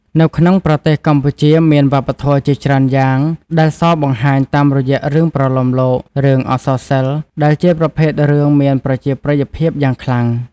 នៅក្នុងប្រទេសកម្ពុជាមានវប្បធម៌ជាច្រើនយ៉ាងដែលសបង្ហាញតាមរយះរឿងប្រលោមលោក រឿងអក្សរសិល្ប៍ ដែលជាប្រភេទរឿងមានប្រជាប្រិយភាពយ៉ាងខ្លាំង។